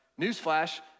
newsflash